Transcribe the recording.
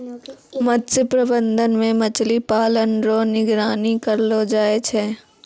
मत्स्य प्रबंधन मे मछली पालन रो निगरानी करलो जाय छै